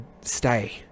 stay